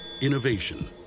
Innovation